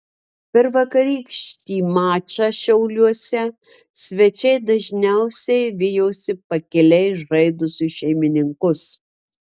per vakarykštį mačą šiauliuose svečiai dažniausiai vijosi pakiliai žaidusius šeimininkus